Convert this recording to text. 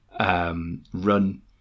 Run